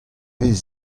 vez